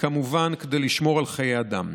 וכמובן כדי לשמור על חיי אדם.